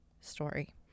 story